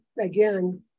again